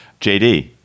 JD